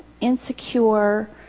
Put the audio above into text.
insecure